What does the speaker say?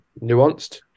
nuanced